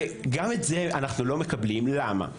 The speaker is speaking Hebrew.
וגם את זה אנחנו לא מקבלים, ולמה?